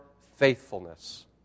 faithfulness